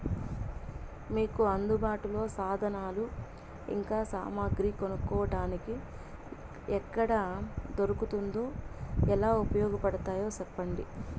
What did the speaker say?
మీకు అందుబాటులో సాధనాలు ఇంకా సామగ్రి కొనుక్కోటానికి ఎక్కడ దొరుకుతుందో ఎలా ఉపయోగపడుతాయో సెప్పండి?